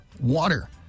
water